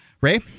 Ray